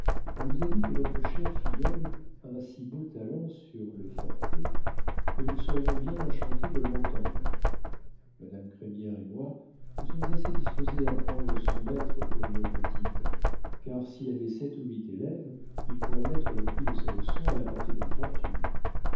on nous a dit que votre chère filleule a un si beau talent sur le forté que nous serions bien enchantées de l'entendre madame crémière et moi nous sommes assez disposées à prendre son maître pour nos petites car s'il avait sept ou huit élèves il pourrait mettre les prix de ses leçons à la portée de nos fortunes